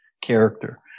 character